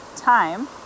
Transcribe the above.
time